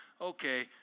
okay